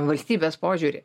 valstybės požiūrį